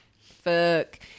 Fuck